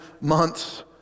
months